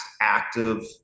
active